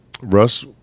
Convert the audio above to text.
Russ